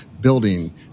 building